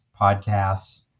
podcasts